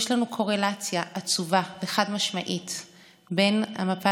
יש לנו קורלציה עצובה וחד-משמעית בין המפה